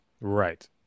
right